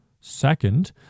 Second